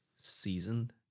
seasoned